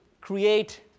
create